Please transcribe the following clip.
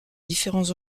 différents